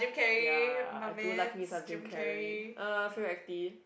ya I do like me some Jim-Carrey uh favourite actee